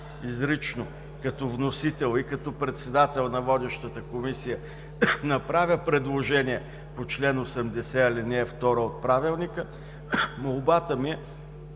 изрично като вносител и като председател на водещата комисия да направя предложение по чл. 80, ал. 2 от Правилника, молбата ми е